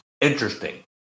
interesting